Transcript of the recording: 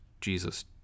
Jesus